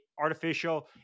artificial